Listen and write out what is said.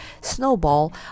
Snowball